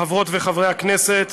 חברות וחברי הכנסת,